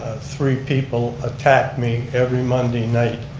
three people attack me every monday night.